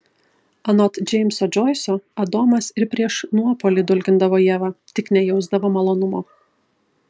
anot džeimso džoiso adomas ir prieš nuopuolį dulkindavo ievą tik nejausdavo malonumo